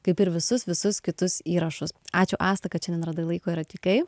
kaip ir visus visus kitus įrašus ačiū asta kad šiandien radai laiko ir atvykai